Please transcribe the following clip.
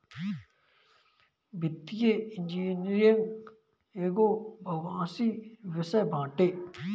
वित्तीय इंजनियरिंग एगो बहुभाषी विषय बाटे